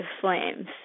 flames